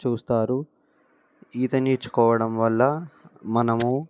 చూస్తారు ఈత నేర్చుకోవడం వల్ల మనము